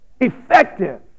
Effective